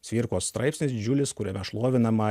cvirkos straipsnis didžiulis kuriame šlovinama